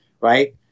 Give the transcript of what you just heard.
right